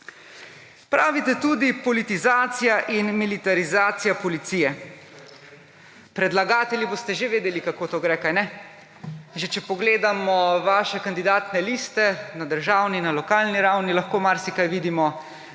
Pravite tudi: politizacija in militarizacija policije. Predlagatelji boste že vedeli, kako to gre ‒ kaj ne? Že če pogledamo vaše kandidatne liste na državni, na lokalni ravni, lahko marsikaj vidimo,